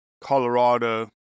Colorado